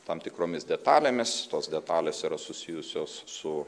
tam tikromis detalėmis tos detalės yra susijusios su